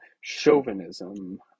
chauvinism